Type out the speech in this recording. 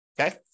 okay